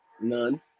none